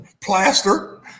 Plaster